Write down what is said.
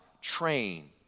train